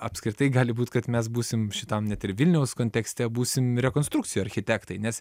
apskritai gali būt kad mes būsim šitam net ir vilniaus kontekste būsim rekonstrukcijų architektai nes